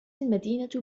المدينة